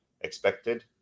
expected